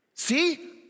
See